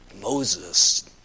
Moses